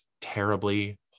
terribly